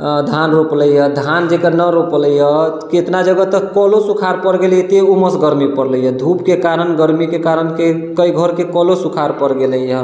आ धान रोपलैया धान जेकर नहि रोपऽलैआ कतेक जगह तऽ कलो सुखाड़ पड़ गेलैया एतऽ उमस गरमी पड़लैया धूपके कारण गरमीके कारण कइ घरके कलो सुखाड़ पड़ि गेलैया